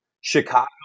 Chicago